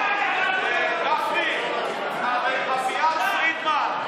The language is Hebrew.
קריאה שלישית.